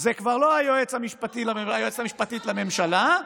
זה כבר לא היועצת המשפטית לממשלה,